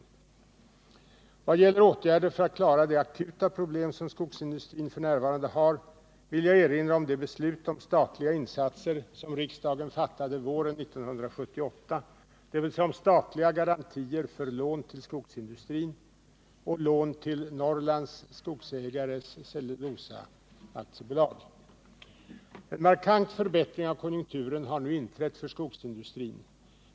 I vad gäller åtgärder för att klara de akuta problem som skogsindustrin f. n. har vill jag erinra om de beslut om statliga insatser som riksdagen fattade våren 1978, dvs. om statliga garantier för lån till skogsindustrin och lån till Norrlands Skogsägares Cellulosa AB. En markant förbättring av konjunkturen har nu inträtt för skogsindustrin.